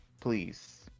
please